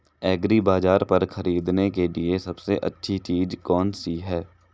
एग्रीबाज़ार पर खरीदने के लिए सबसे अच्छी चीज़ कौनसी है?